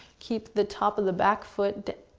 keep the top of the back foot